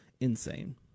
Insane